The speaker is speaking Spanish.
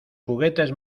juguetes